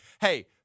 hey